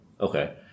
Okay